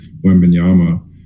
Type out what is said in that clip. Wembenyama